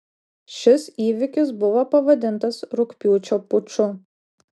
šis įvykis buvo pavadintas rugpjūčio puču